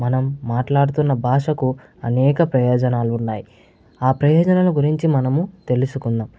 మనం మాట్లాడుతున్న భాషకు అనేక ప్రయోజనాలున్నాయి ఆ ప్రయోజనాల గురించి మనము తెలుసుకుందాం